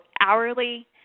hourly